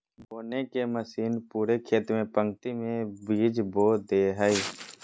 बोने के मशीन पूरे खेत में पंक्ति में बीज बो दे हइ